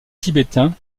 tibétain